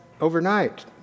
overnight